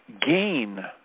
gain